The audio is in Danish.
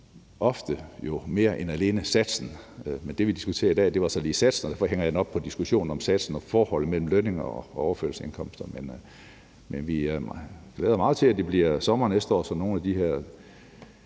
det mere, end alene satsen gør. Men det, vi diskuterer i dag, er jo satserne, og derfor hænger jeg det her op på diskussionen om satsen og forholdet mellem lønninger og overførselsindkomster. Men jeg glæder mig meget, til det bliver sommer næste år, så nogle af